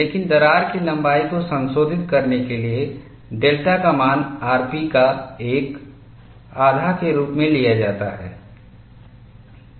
लेकिन दरार की लंबाई को संशोधित करने के लिए डेल्टा का मान rp का 1 आधा के रूप में लिया जाता है